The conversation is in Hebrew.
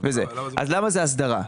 למה זה בהסדרה?